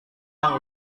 yang